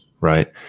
right